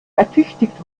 ertüchtigt